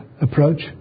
approach